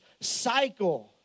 cycle